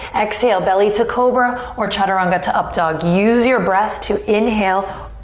exhale, belly to cobra or chaturanga to up dog. use your breath to inhale,